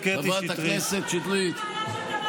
לא פסלו את בעלה של תמר